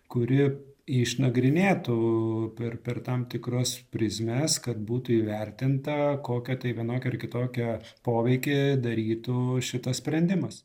kuri išnagrinėtų per per tam tikras prizmes kad būtų įvertinta kokią tai vienokią ar kitokią poveikį darytų šitas sprendimas